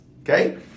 Okay